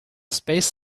space